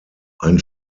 ein